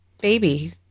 baby